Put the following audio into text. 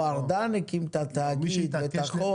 ארדן הקים את התאגיד ואת החוק.